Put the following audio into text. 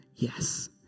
yes